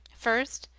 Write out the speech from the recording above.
first,